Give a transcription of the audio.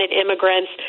immigrants